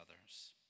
others